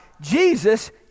Jesus